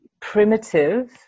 primitive